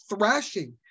thrashing